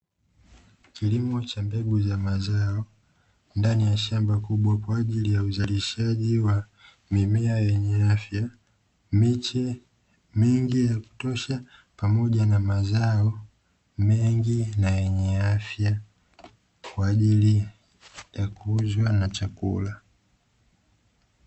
Kilimo cha mbegu za mazao ndani ya shamba kubwa kwa ajili ya uzalishaji wa mimea yenye afya, miche mingi ya kutosha pamoja na mazao mengi na yenye afya kwa ajili ya kuuzwa na chakula.